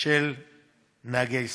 של נהגי ישראל,